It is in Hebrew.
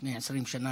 לפני כמעט 20 שנה,